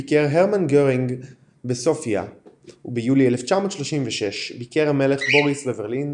ביקר הרמן גרינג בסופיה וביולי 1936 ביקר המלך בוריס בברלין